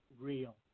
real